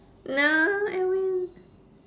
no edwin